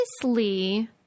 Previously